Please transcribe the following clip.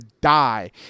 die